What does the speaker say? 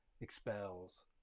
expels